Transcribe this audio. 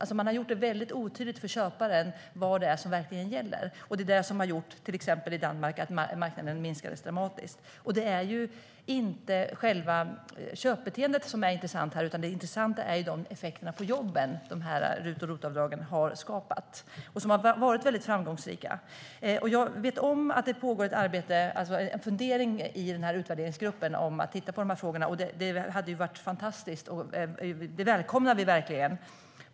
Man har alltså gjort det otydligt för köparen vad det är som verkligen gäller. Det är det som har gjort, till exempel i Danmark, att marknaden minskats dramatiskt. Det är inte själva köpbeteendet som är intressant här, utan det intressanta är effekterna på jobben som RUT och ROT-avdragen har skapat och som har varit framgångsrika. Jag vet att det pågår ett arbete och att man i utvärderingsgruppen har en fundering om att titta på de här frågorna. Det skulle vara fantastiskt. Det välkomnar vi verkligen.